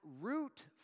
root